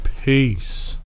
Peace